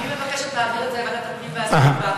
אני מבקשת להעביר את זה לוועדת הפנים והסביבה.